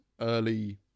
early